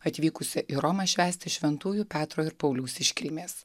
atvykusia į romą švęsti šventųjų petro ir pauliaus iškilmės